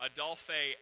Adolphe